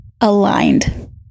aligned